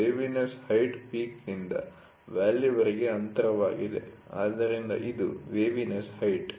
waviness height ಪೀಕ್'ನಿಂದ ವ್ಯಾಲಿವರೆಗೆ ಅಂತರವಾಗಿದೆ ಆದ್ದರಿಂದ ಇದು ವೇವಿನೆಸ್ ಹೈಟ್